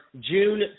June